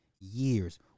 years